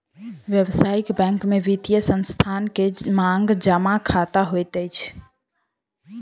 व्यावसायिक बैंक में वित्तीय संस्थान के मांग जमा खता होइत अछि